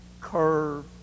curve